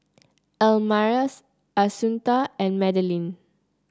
Elmire Assunta and Madeleine